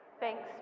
Thanks